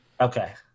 Okay